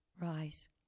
Rise